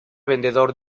vendedor